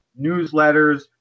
newsletters